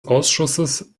ausschusses